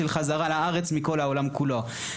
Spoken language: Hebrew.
של חזרה לארץ מכל העולם כולו.